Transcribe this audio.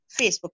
Facebook